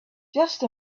just